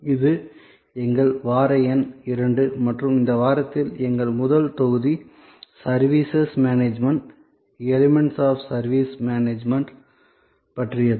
இது எங்கள் வார எண் 2 மற்றும் இந்த வாரத்தில் எங்கள் முதல் தொகுதி services management elements of service management பற்றியது